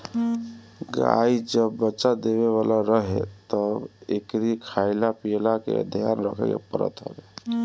गाई जब बच्चा देवे वाला रहे तब एकरी खाईला पियला के ध्यान रखे के पड़त हवे